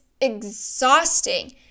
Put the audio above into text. exhausting